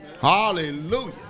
Hallelujah